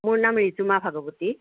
মোৰ নাম ৰিজুমা ভগৱতী